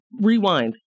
Rewind